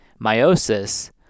meiosis